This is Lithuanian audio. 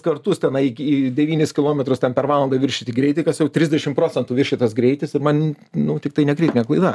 kartus tenai iki devynis kilometrus ten per valandą viršyti greitį kas jau trisdešim procentų viršytas greitis ir man nu tiktai ne kritinė klaida